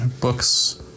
books